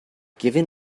given